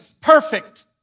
perfect